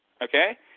Okay